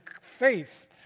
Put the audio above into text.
faith